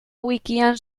wikian